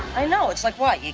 i know, it's like what, yeah